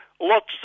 lots